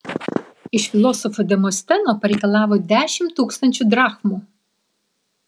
iš filosofo demosteno pareikalavo dešimt tūkstančių drachmų